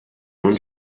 non